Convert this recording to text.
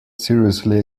seriously